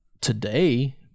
today